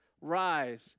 rise